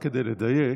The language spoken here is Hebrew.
רק כדי לדייק,